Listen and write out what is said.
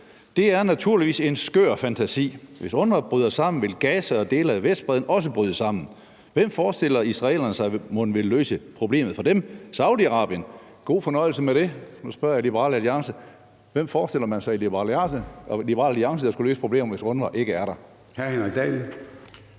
Det er naturligvis en skør fantasi. Hvis UNRWA bryder sammen, vil Gaza og dele af Vestbredden også bryde sammen. Hvem forestiller israelerne sig mon vil løse problemet for dem? Saudi-Arabien? God fornøjelse med det.« Nu spørger jeg Liberal Alliance: Hvem forestiller man sig i Liberal Alliance skulle løse problemerne, hvis UNRWA ikke er der?